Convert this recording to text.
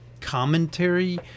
commentary